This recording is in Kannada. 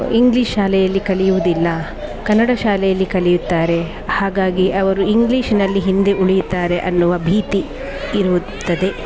ಇಂಗ್ಲೀಷ್ ಶಾಲೆಯಲ್ಲಿ ಕಲಿಯುವುದಿಲ್ಲ ಕನ್ನಡ ಶಾಲೆಯಲ್ಲಿ ಕಲಿಯುತ್ತಾರೆ ಹಾಗಾಗಿ ಅವರು ಇಂಗ್ಲೀಷಿನಲ್ಲಿ ಹಿಂದೆ ಉಳಿಯುತ್ತಾರೆ ಅನ್ನುವ ಭೀತಿ ಇರುತ್ತದೆ